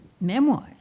memoirs